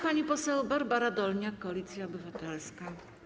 Pani poseł Barbara Dolniak, Koalicja Obywatelska.